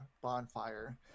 bonfire